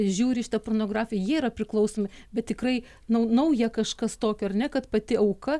žiūri šitą pornografiją jie yra priklausomi bet tikrai nau nauja kažkas tokio ar ne kad pati auka